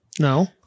No